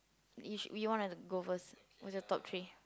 you should you want to go first for the top three